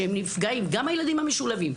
שהם נפגעים גם הילדים המשולבים,